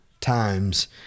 times